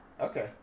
Okay